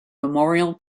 memorial